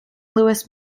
louis